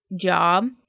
job